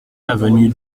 avenue